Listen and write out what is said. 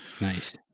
nice